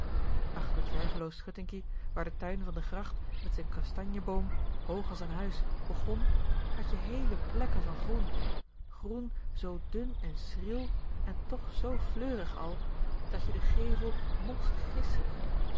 achter t verveloos schuttinkie waar de tuin van de gracht met z'n kastanjeboom hoog as n huis begon had je heele plekken van groen groen zoo dun en schriel en toch zoo fleurig al dat je de gevel most gissen